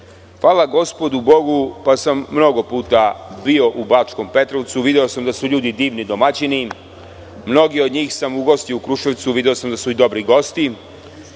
gospodu Bogu pa sam mnogo puta bio u Bačkom Petrovcu. Video sam da su ljudi divni domaćini. Mnoge od njih sam ugostio u Kruševcu, video sam da su i dobri gosti